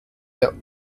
der